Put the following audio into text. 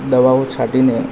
દવાઓ છાંટીને